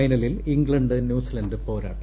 ഫൈനലിൽ England New Zealand പോരാട്ടം